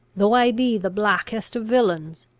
though i be the blackest of villains,